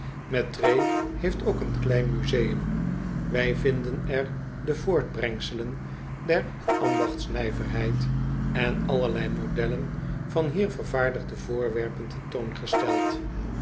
mettray heeft ook een klein museum wij vinden er de voortbrengselen der ambachtsnijverheid en allerlei modellen van hier vervaardigde voorwerpen tentoongesteld